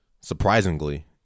surprisingly